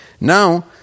Now